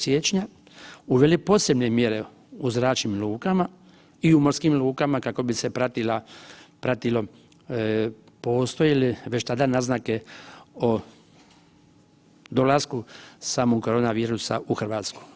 Siječnja uveli posebne mjere u zračnim lukama i u morskim lukama kako bi se pratilo postoje li već tada naznake o dolasku samog korona virusa u Hrvatsku.